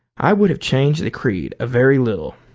i would have changed the creed a very little?